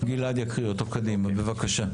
גלעד יקריא אותו, בבקשה.